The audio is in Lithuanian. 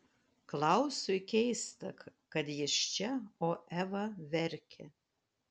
klausui keista kad jis čia o eva verkia